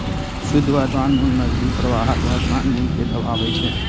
शुद्ध वर्तमान मूल्य नकदी प्रवाहक वर्तमान मूल्य कें दर्शाबै छै